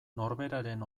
norberaren